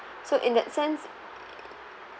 so in that sense